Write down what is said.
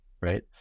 Right